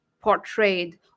portrayed